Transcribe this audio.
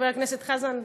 חבר הכנסת חזן?